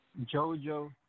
JoJo